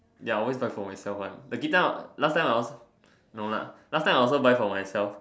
ya I always buy for myself one the guitar last time I also no lah last time I also buy for myself